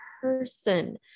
person